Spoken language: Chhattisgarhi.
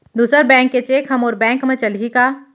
दूसर बैंक के चेक ह मोर बैंक म चलही का?